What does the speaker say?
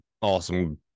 Awesome